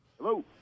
Hello